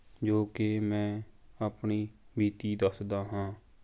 ਜੋ ਕਿ ਮੈਂ ਆਪਣੀ ਬੀਤੀ ਦੱਸਦਾ ਹਾਂ